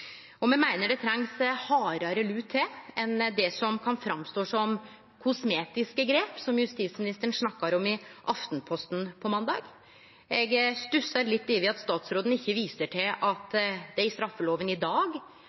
Me meiner det skal hardare lut til enn det som kan framstå som kosmetiske grep, som justisministeren snakka om i Aftenposten på måndag. Eg stussar litt over at statsråden ikkje viser til at det i straffeloven i dag